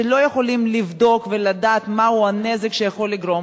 שלא יכולים לבדוק ולדעת מהו הנזק שיכול להיגרם,